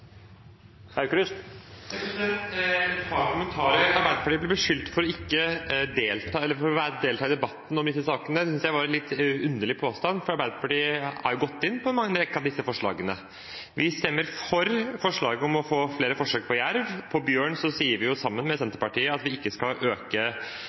Et par kommentarer: Arbeiderpartiet ble beskyldt for ikke å delta i debatten i disse sakene. Det synes jeg var en litt underlig påstand, for Arbeiderpartiet har jo gått inn for en rekke av disse forslagene. Vi stemmer for forslaget om å få flere forsøk på jerv. Når det gjelder bjørn, sier vi – sammen med